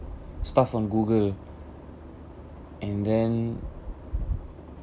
stuff on google and then